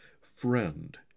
friend